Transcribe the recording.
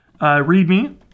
readme